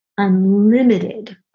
unlimited